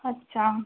अच्छा